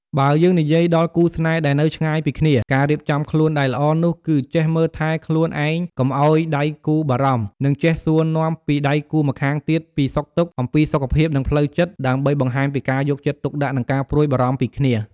បើយើងនិយាយដល់គូរស្នេហ៍ដែលនៅឆ្ងាយពីគ្នា ការរៀបចំខ្លួនដែលល្អនោះគឺចេះមើលថែខ្លួនឯងកុំឱ្យដៃគូរបារម្ភ និងចេះសួរនាំពីដៃគូរម្ខាងទៀតពីសុខទុក្ខ អំពីសុខភាពនិងផ្លូវចិត្ត ដើម្បីបង្ហាញពីការយកទុកដាក់និងការព្រួយបារម្ភពីគ្នា។